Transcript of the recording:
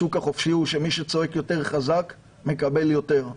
השוק החופשי הוא שמי שצועק יותר חזק מקבל יותר.